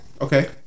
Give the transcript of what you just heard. Okay